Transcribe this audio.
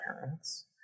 parents